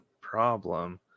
problem